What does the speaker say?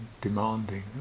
demanding